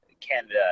Canada